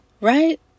right